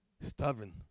Stubborn